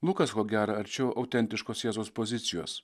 lukas ko gera arčiau autentiškos jėzaus pozicijos